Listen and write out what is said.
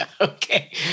Okay